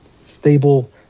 stable